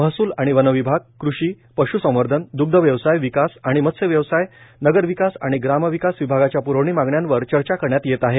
महसूल आणि वन विभागर कृषीर पश् संवर्धनर दग्धव्यवसाय विकास आणि मत्स्यव्यवसायए नगरविकास आणि ग्रामविकास विभागाच्या पुरवणी मागण्यावर चर्चा करण्यात येत आहे